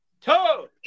Toad